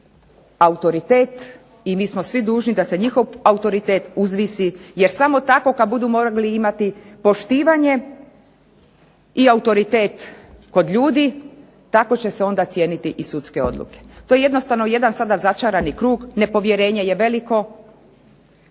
i mi smo svi dužni da se njihov autoritet uzvisi jer samo tako kad budu morali imati poštivanje i autoritet kod ljudi, tako će se onda cijeniti i sudske odluke. To je jednostavno jedan sada začarani krug, nepovjerenje je veliko,